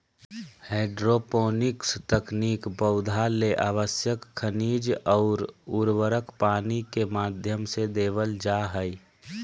hydroponics तकनीक पौधा ले आवश्यक खनिज अउर उर्वरक पानी के माध्यम से देवल जा हई